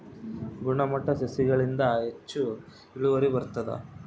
ಗುಣಮಟ್ಟ ಸಸಿಗಳಿಂದ ಹೆಚ್ಚು ಇಳುವರಿ ಬರುತ್ತಾ?